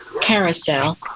carousel